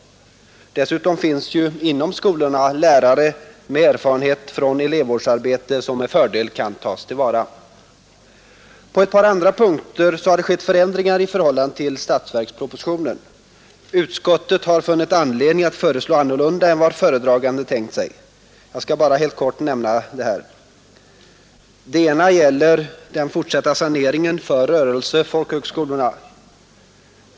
Dessutom finns det ju inom skolorna lärare med erfarenhet från elevvårdsarbete som med fördel kan tas till vara. På ett par andra punkter har det skett förändringar i förhållande till statsverkspropositionen. Utskottet har funnit anledning att föreslå annorlunda än vad föredragande tänkt sig. Jag skall bara helt kort nämna det här. Den ena punkten gäller den fortsatta saneringen för rörelsefolkhögskolorna.